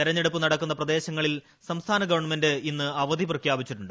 തെരഞ്ഞെടുപ്പ് നടക്കുന്ന പ്രദേശങ്ങളിൽ സംസ്ഥാന ഗവൺമെന്റ് ഇന്ന് അവധി പ്രഖ്യാപിച്ചിട്ടൂണ്ട്